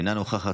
אינה נוכחת,